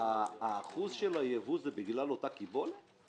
האחוז של היבוא זה בגלל אותה קיבולת?